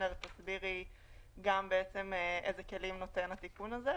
תסבירי איזה כלים נותן התיקון הזה,